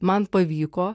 man pavyko